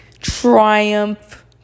triumph